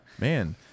Man